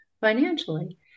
financially